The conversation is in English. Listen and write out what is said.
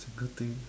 single thing